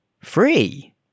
Free